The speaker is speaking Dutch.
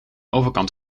overkant